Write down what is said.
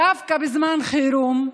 דווקא בזמן חירום,